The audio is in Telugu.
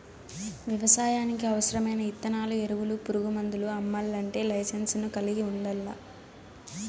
వ్యవసాయానికి అవసరమైన ఇత్తనాలు, ఎరువులు, పురుగు మందులు అమ్మల్లంటే లైసెన్సును కలిగి ఉండల్లా